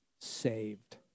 saved